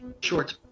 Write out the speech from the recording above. Short